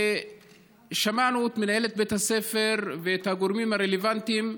ושמענו את מנהלת בית הספר ואת הגורמים הרלוונטיים,